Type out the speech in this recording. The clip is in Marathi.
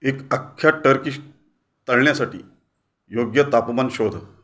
एक आख्ख्या टर्किश तळण्यासाठी योग्य तापमान शोध